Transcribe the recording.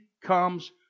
comes